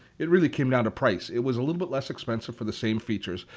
it really came down to price. it was a little bit less expensive for the same features.